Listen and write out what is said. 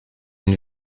une